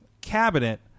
cabinet